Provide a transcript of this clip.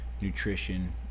nutrition